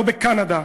לא בקנדה,